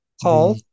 Paul